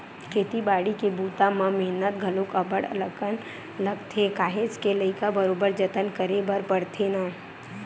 खेती बाड़ी के बूता म मेहनत घलोक अब्ब्ड़ अकन लगथे काहेच के लइका बरोबर जतन करे बर परथे ना